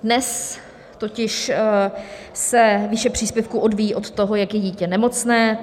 Dnes totiž se výše příspěvku odvíjí od toho, jak je dítě nemocné.